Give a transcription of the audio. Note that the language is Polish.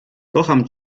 kocham